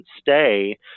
stay